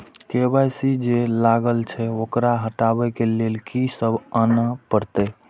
KYC जे लागल छै ओकरा हटाबै के लैल की सब आने परतै?